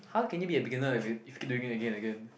how can it be a beginner if he he keep doing it again and again